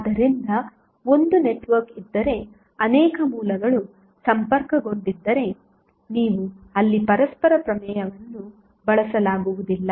ಆದ್ದರಿಂದ ಒಂದು ನೆಟ್ವರ್ಕ್ ಇದ್ದರೆ ಅನೇಕ ಮೂಲಗಳು ಸಂಪರ್ಕಗೊಂಡಿದ್ದರೆ ನೀವು ಅಲ್ಲಿ ಪರಸ್ಪರ ಪ್ರಮೇಯವನ್ನು ಬಳಸಲಾಗುವುದಿಲ್ಲ